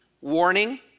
warning